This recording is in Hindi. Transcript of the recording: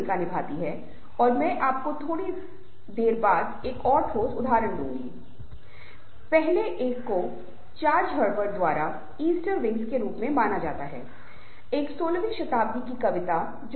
इसलिए समूह के सदस्यों को एक दूसरे के साथ संवाद करना चाहिए और यह भी हमेशा ध्यान रखना चाहिए कि हम सभी किसी विशेष लक्ष्य को प्राप्त करने के लिए मिलकर काम कर रहे हैं